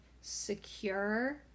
secure